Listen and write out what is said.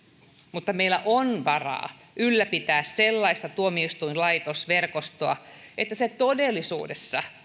mutta meillä on varaa ylläpitää sellaista tuomioistuinlaitosverkostoa että se todellisuudessa